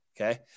okay